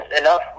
enough